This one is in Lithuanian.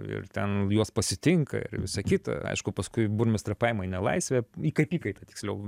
ir ten juos pasitinka ir visa kita aišku paskui burmistrą paima į nelaisvę į kaip įkaitą tiksliau